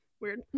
weird